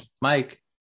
mike